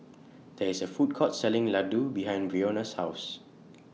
There IS A Food Court Selling Ladoo behind Brionna's House